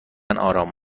آرام